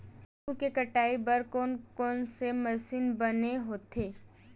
गेहूं के कटाई बर कोन कोन से मशीन बने होथे?